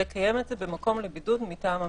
לקיים את זה במקום לבידוד מטעם המדינה.